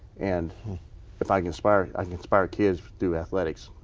and if i can inspire i mean inspire kids through athletics.